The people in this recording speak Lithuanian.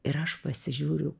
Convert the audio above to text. ir aš pasižiūriu